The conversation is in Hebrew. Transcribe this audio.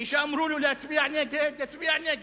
מי שאמרו לו להצביע נגד, יצביע נגד.